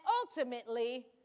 ultimately